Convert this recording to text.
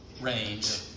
range